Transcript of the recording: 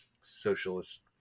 socialist